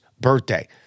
birthday